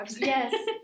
Yes